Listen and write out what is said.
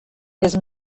his